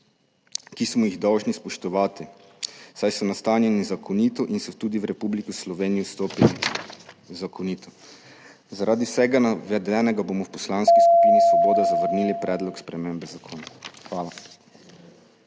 ki smo jih dolžni spoštovati, saj so nastanjeni zakonito in so tudi v Republiko Slovenijo vstopili zakonito. Zaradi vsega navedenega bomo v Poslanski skupini Svoboda zavrnili predlog spremembe zakona. Hvala.